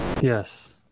Yes